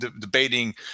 debating